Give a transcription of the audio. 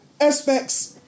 aspects